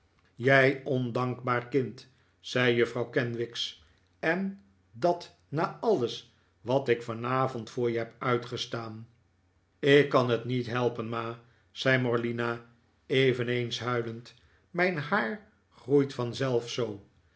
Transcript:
jij ondankbaar kind zei juffrouw kenwigs en dat na alles wat ik vanavond voor je heb uitgestaan ik kan het niet helpen ma zei morlina eveneens huilend mijn haar groeit vanzelf zoo